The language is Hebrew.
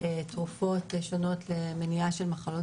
תרופות שונות למניעה של מחלות